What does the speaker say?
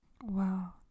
Wow